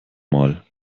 mal